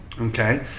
Okay